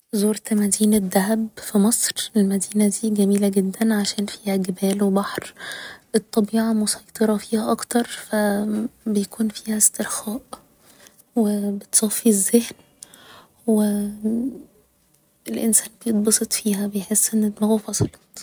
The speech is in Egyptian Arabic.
زورت مدينة دهب في مصر المدينة دي جميلة جدا عشان فيها جبال و بحر الطبيعة مسيطرة فيها اكتر فبيكون فيها استرخاء و بتصفي الذهن و الإنسان بيتبسط فيها بيحس ان دماغه فصلت